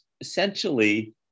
essentially